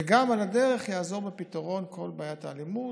וגם, על הדרך, יעזור בפתרון כל בעיית האלימות.